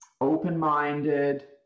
open-minded